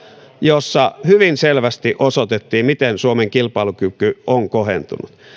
jossa hyvin selvästi osoitettiin miten suomen kilpailukyky on kohentunut